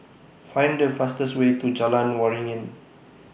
Find The fastest Way to Jalan Waringin